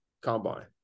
combine